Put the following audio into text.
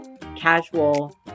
casual